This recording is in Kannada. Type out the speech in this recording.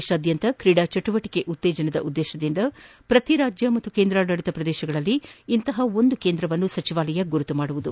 ದೇಶಾದ್ಯಂತ ಕ್ರೀಡಾ ಚಟುವಟಕೆಯನ್ನು ಉತ್ತೇಜಸುವ ಉದ್ದೇಶದಿಂದ ಪ್ರತಿರಾಜ್ಯ ಹಾಗೂ ಕೇಂದ್ರಾಡಳತ ಪ್ರದೇಶಗಳಲ್ಲಿ ಇಂತಹ ಒಂದು ಕೇಂದ್ರವನ್ನು ಸಚಿವಾಲಯ ಗುರುತು ಮಾಡಲಿದೆ